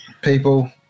people